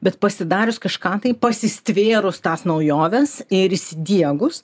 bet pasidarius kažką tai pasistvėrus tas naujoves ir įsidiegus